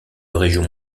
région